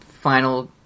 final